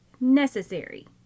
necessary